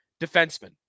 defenseman